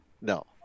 No